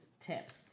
tips